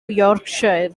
yorkshire